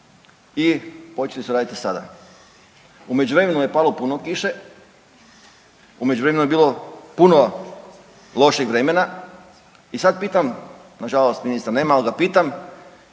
i počeli su raditi sada. U međuvremenu je palo puno kiše, u međuvremenu je bilo puno lošeg vremena. I sad pitam, na žalost ministra nema ali ga pitam